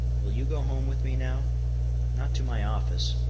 will you go home with me now not to my office,